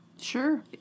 Sure